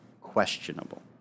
questionable